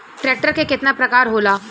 Tractor के केतना प्रकार होला?